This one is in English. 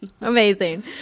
Amazing